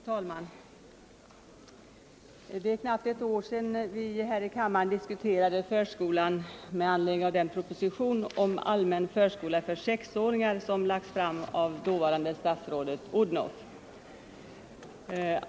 Herr talman! Det är knappt ett år sedan vi här i kammaren diskuterade förskolan med anledning av den proposition om allmän förskola för sexåringar som lagts fram av dåvarande statsrådet Odhnoff.